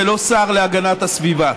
ולא השר להגנת הסביבה: